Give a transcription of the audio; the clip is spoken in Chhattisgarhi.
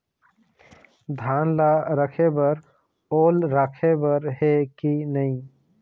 धान ला रखे बर ओल राखे बर हे कि नई?